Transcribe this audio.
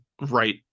right